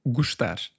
gostar